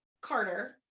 Carter